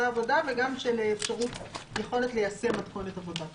העבודה" וגם של אפשרות יכולת ליישם מתכונת עבודה כאמור.